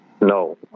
No